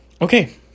Okay